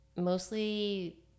Mostly